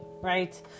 right